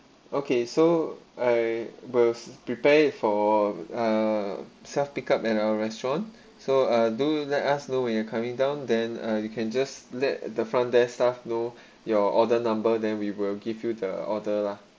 okay so I will prepare it for uh self pick up at our restaurant so uh do let us know when you're coming down then uh you can just let the front desk staff know your order number then we will give you the order lah